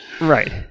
Right